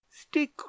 Stick